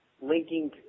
linking